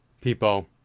people